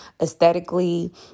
aesthetically